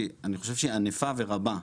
שאני חושב שהיא ענפה ורבה.